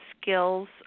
skills